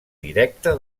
directa